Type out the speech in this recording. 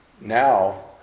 Now